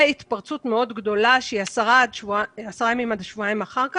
והתפרצות מאוד גדולה שהיא עשרה ימים עד שבועיים אחר כך,